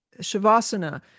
Shavasana